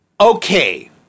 Okay